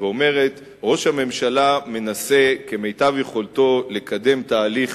ואומרת: ראש הממשלה מנסה כמיטב יכולתו לקדם תהליך